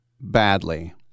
badly